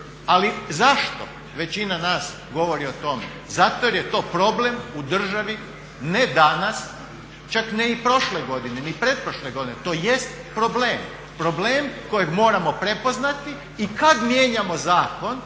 Ali zašto većina nas govori o tome? Zato jer je to problem u državi ne danas, čak ne i prošle godine, ni pretprošle godine, to jest problem. Problem kojeg moramo prepoznati. I kada mijenjamo zakon